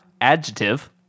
adjective